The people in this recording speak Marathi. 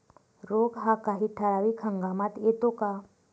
रोग हा काही ठराविक हंगामात येतो का?